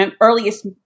earliest